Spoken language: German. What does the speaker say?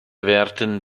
werden